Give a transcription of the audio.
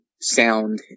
sound